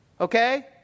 Okay